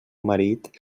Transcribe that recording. marit